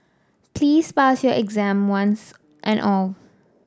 please pass your exam once and all